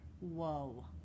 whoa